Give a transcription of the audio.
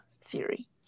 theory